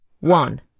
One